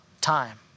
time